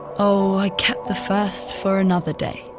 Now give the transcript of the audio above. oh, i kept the first for another day!